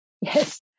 Yes